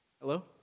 Hello